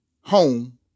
home